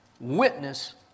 witness